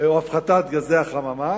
או הפחתת גזי החממה,